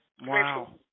wow